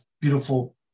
beautiful